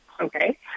Okay